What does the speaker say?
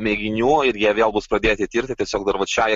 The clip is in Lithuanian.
mėginių ir jie vėl bus pradėti tirti tiesiog dar vat šiai